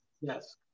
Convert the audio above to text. Yes